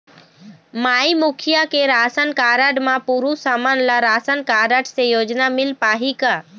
माई मुखिया के ration card म पुरुष हमन ला राशन कारड से योजना मिल पाही का?